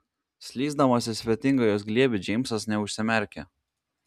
slysdamas į svetingą jos glėbį džeimsas neužsimerkė